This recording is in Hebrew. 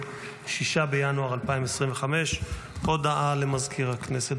6 בינואר 2025. הודעה למזכיר הכנסת,